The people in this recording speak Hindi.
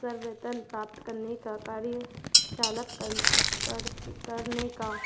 प्राप्त करने का कार्य चालक करति करने का